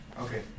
Okay